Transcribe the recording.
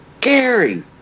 gary